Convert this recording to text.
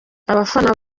abafana